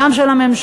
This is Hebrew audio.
גם של הממשלה,